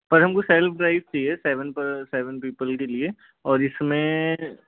पर हमको self drive चाहिए सेवन प सेवन पीपल के लिए और इसमें